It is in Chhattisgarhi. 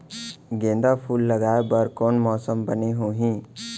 गेंदा फूल लगाए बर कोन मौसम बने होही?